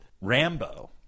Rambo